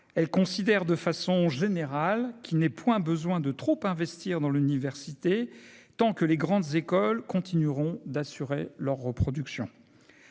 elle considère de façon générale, qui n'est point besoin de trop investir dans l'université, tant que les grandes écoles continueront d'assurer leur reproduction